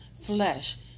flesh